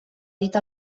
dit